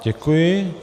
Děkuji.